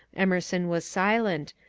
emerson was silent,